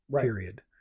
Period